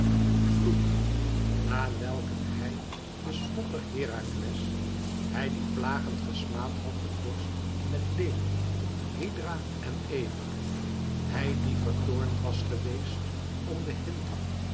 vloek na welken hij de spotter herakles hij die plagend gesmaad had den vorst met leeuw hydra en ever hij die vertoornd was geweest om de hinde